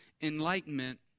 enlightenment